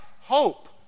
hope